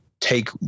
take